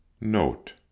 note